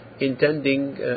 intending